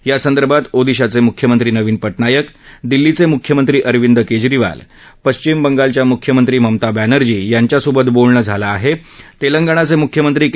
यासंदर्भात ओदिशाचे म्ख्यमंत्री नवीन पटनायक दिल्लीचे म्ख्यमंत्री अरविंद केजरीवाल पश्चिम बंगालच्या म्ख्यमंत्री ममता बॅनर्जी यांच्यासोबत बोलणं झालं आहे तेलंगणाचे मुख्यमंत्री के